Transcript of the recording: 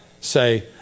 say